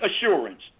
assurance